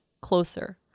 closer